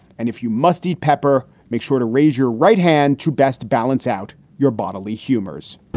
and if you must eat pepper, make sure to raise your right hand to best balance out your bodily humors